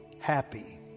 happy